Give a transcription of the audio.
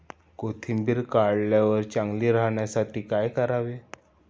कोथिंबीर काढल्यावर चांगली राहण्यासाठी काय करावे?